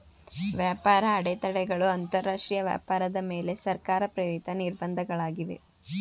ವ್ಯಾಪಾರ ಅಡೆತಡೆಗಳು ಅಂತರಾಷ್ಟ್ರೀಯ ವ್ಯಾಪಾರದ ಮೇಲೆ ಸರ್ಕಾರ ಪ್ರೇರಿತ ನಿರ್ಬಂಧ ಗಳಾಗಿವೆ